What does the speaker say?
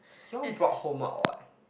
you're broke home or what